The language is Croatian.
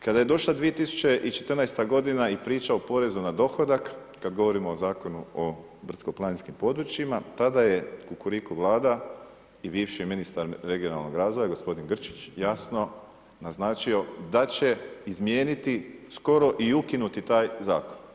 Kada je došla 2014. g. i priča o porezu na dohodak, kada govorimo o Zakonu o brdsko planinskim područja, tada je kukuriku Vlada i bivši ministar regionalnog razvoja, gospodin Grčić jasno naznačio, da će izmijeniti skoro i ukinuti taj zakon.